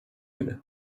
bile